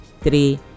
three